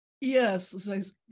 Yes